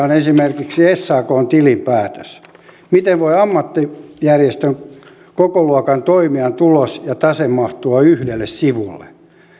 on esimerkiksi sakn tilinpäätös miten voi ammattijärjestön kokoluokan toimijan tulos ja tase mahtua yhdelle sivulle